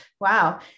wow